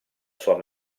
sua